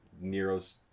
Nero's